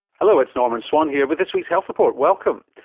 hello it's norman swan here with this week's health report, welcome.